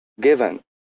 given